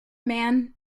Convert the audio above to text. man